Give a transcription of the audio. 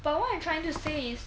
but what I'm trying to say is